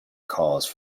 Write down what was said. cause